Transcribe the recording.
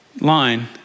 line